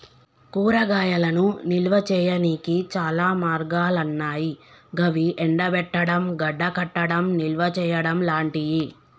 కూరగాయలను నిల్వ చేయనీకి చాలా మార్గాలన్నాయి గవి ఎండబెట్టడం, గడ్డకట్టడం, నిల్వచేయడం లాంటియి